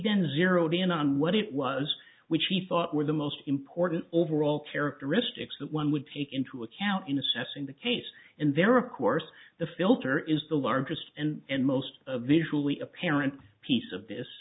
bends zeroed in on what it was which he thought were the most important overall characteristics that one would take into account in assessing the case and there of course the filter is the largest and most of the truly apparent piece of this